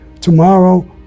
tomorrow